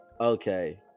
Okay